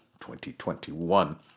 2021